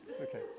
Okay